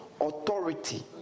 authority